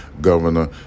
Governor